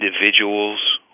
individuals